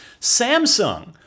Samsung